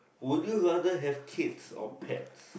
would you rather have kids or pets